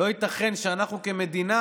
לא ייתכן שאנחנו כמדינה